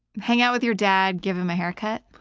hang out with your dad, give him a haircut.